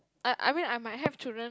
I I mean I might have children